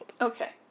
Okay